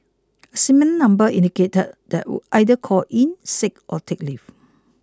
a similar number indicated that either call in sick or take leave